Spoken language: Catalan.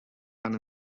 tant